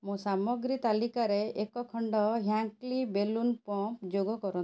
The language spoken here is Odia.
ମୋ ସାମଗ୍ରୀ ତାଲିକାରେ ଏକ ଖଣ୍ଡ ହ୍ୟାଙ୍କ୍ଲି ବେଲୁନ୍ ପମ୍ପ୍ ଯୋଗ କର